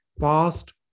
past